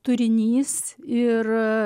turinys ir